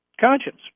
conscience